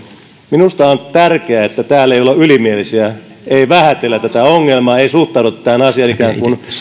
minusta on tärkeää että täällä ei olla ylimielisiä ei vähätellä tätä ongelmaa ei suhtauduta tähän asiaan ikään kuin